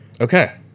Okay